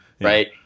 right